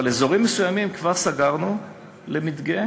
אבל אזורים מסוימים כבר סגרנו למדגה,